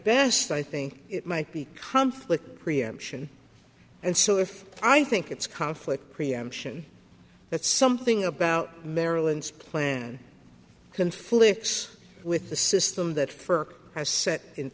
best i think it might be conflict preemption and so if i think it's conflict preemption that's something about maryland's plan conflicts with the system that ferk has set in